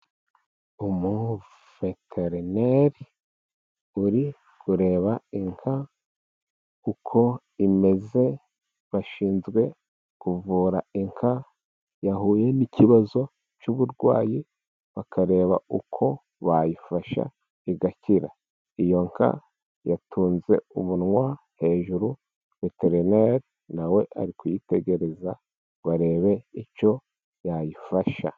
Umuveterineri uri kureba inka uko imeze. Bashinzwe kuvura inka yahuye n'ikibazo cy'uburwayi, bakareba uko bayifasha igakira. Iyo nka yatunze umunwa hejuru, veterineri na we ari kuyitegereza ngo arebe icyo yayifasha.